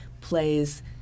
plays